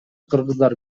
кыргыздар